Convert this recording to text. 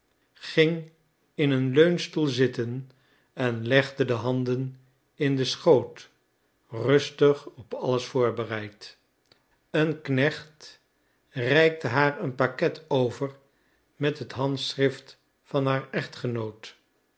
ging in een leunstoel zitten en legde de handen in den schoot rustig op alles voorbereid een knecht reikte haar een paket over met het handschrift van haar echtgenoot